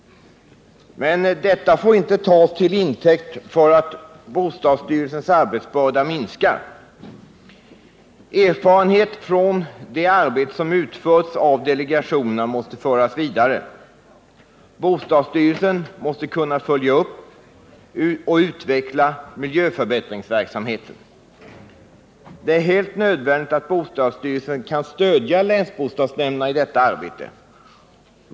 Men detta får inte tas till intäkt för att bostadsstyrelsens arbetsbörda minskar. Erfarenheterna från det arbete som utförts av delegationerna måste föras vidare. Bostadsstyrelsen måste kunna följa upp och utveckla miljöförbättringsverksamheten. Det är helt nödvändigt att bostadsstyrelsen kan stödja länsbostadsnämnderna i detta arbete.